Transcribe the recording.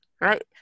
right